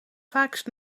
vaakst